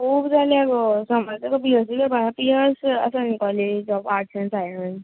खूब जाल्या गो समज बी एस सी करपाक पी ई एस आसा न्ही college of arts and science